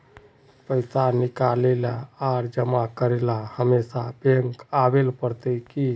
पैसा निकाले आर जमा करेला हमेशा बैंक आबेल पड़ते की?